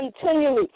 continually